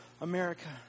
America